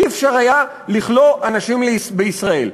לא היה אפשר לכלוא אנשים בישראל.